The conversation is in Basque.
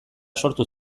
sortu